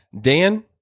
Dan